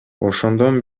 ошондон